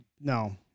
No